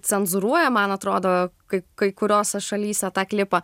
cenzūruoja man atrodo kaip kai kuriose šalyse tą klipą